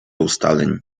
ustaleń